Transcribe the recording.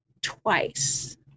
twice